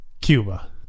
Cuba